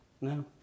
No